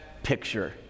picture